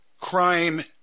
crime